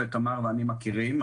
ותמר ואני מכירים.